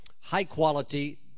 high-quality